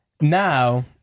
Now